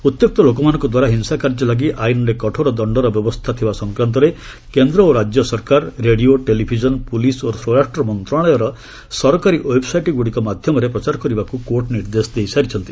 ଉଉ୍ୟକ୍ତ ଲୋକମାନଙ୍କଦ୍ୱାରା ହିଂସା କାର୍ଯ୍ୟ ଲାଗି ଆଇନରେ କଠୋର ଦଶ୍ଚର ବ୍ୟବସ୍ଥା ଥିବା ସଂକ୍ରାନ୍ତରେ କେନ୍ଦ୍ର ଓ ରାଜ୍ୟ ସରକାର ରେଡ଼ିଓ ଟେଲିଭିଜନ୍ ପୁଲିସ୍ ଓ ସ୍ୱରାଷ୍ଟ୍ର ମନ୍ତ୍ରଣାଳୟର ସରକାରୀ ଓ୍ବେବ୍ସାଇଟ୍ଗୁଡ଼ିକ ମାଧ୍ୟମରେ ପ୍ରଚାର କରିବାକୁ କୋର୍ଟ ନିର୍ଦ୍ଦେଶ ଦେଇସାରିଛନ୍ତି